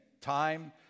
Time